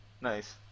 Nice